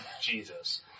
Jesus